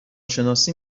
شناسی